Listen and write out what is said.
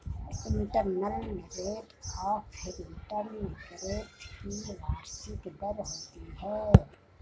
internal rate of return growth की वार्षिक दर होती है